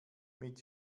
mit